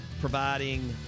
providing